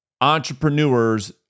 entrepreneurs